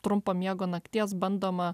trumpo miego nakties bandoma